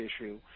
issue